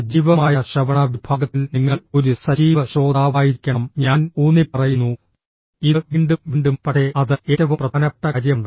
സജീവമായ ശ്രവണ വിഭാഗത്തിൽ നിങ്ങൾ ഒരു സജീവ ശ്രോതാവായിരിക്കണം ഞാൻ ഊന്നിപ്പറയുന്നു ഇത് വീണ്ടും വീണ്ടും പക്ഷേ അത് ഏറ്റവും പ്രധാനപ്പെട്ട കാര്യമാണ്